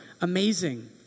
amazing